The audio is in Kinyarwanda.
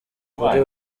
kuri